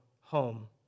home